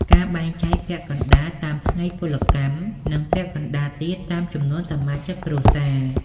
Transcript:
ការបែងចែកពាក់កណ្ដាលតាមថ្ងៃពលកម្ម និងពាក់កណ្ដាលទៀតតាមចំនួនសមាជិកគ្រួសារ។